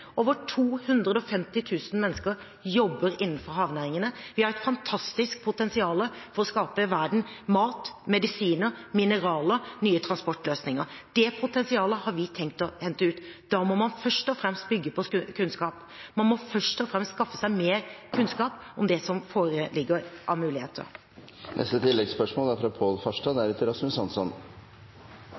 Over 250 000 mennesker jobber innenfor havnæringene, vi har et fantastisk potensial for å skaffe verden mat, medisiner, mineraler, nye transportløsninger. Det potensialet har vi tenkt å hente ut. Da må man først og fremst bygge på kunnskap, og man må først og fremst skaffe seg mer kunnskap om det som foreligger av muligheter. Pål Farstad – til oppfølgingsspørsmål. Jeg er